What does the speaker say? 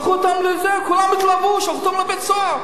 כולם התלהבו, שלחו אנשים לבית-סוהר.